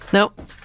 Nope